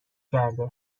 کرده